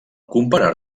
comparar